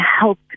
help